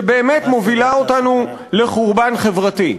שבאמת מובילה אותנו לחורבן חברתי.